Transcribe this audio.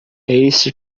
esse